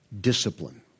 discipline